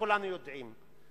וכולם יודעים,